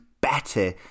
better